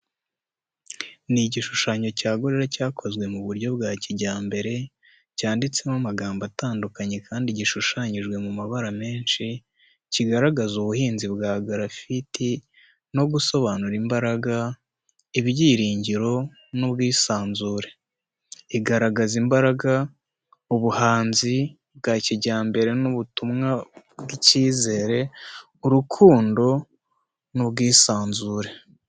Ni igishushanyo cya gorira cyakozwe mu buryo bwa kijyambere, cyanditseho amagambo atandukanye kandi gishushanyijwe mu mabara menshi, kigaragaza ubuhanzi bwa grafiti no gusobanura imbaraga, ibyiringiro n’ubwisanzure. Igaragaza imbaraga, ubuhanzi bwa kijyambere n’ubutumwa bw’icyizere, urukundo n’ubwisanzure.